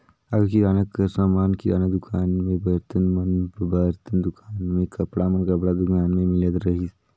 आघु किराना कर समान किराना दुकान में, बरतन मन बरतन दुकान में, कपड़ा मन कपड़ा दुकान में मिलत रहिस